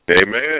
Amen